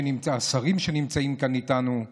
השרים שנמצאים כאן איתנו,